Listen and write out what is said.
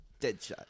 Deadshot